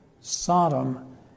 sodom